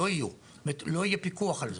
לא יהיה פיקוח על זה?